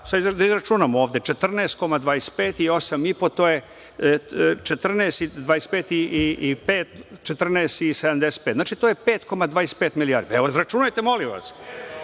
Da izračunamo ovde, 14,25 i 0,5 je 14,75. Znači, to je 5,25 milijardi. Evo, izračunajte, molim vas,